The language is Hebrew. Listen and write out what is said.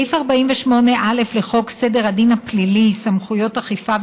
סעיף 48(א) לחוק סדר הדין הפלילי (סמכויות אכיפה,